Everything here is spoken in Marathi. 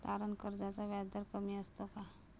तारण कर्जाचा व्याजदर कमी असतो का?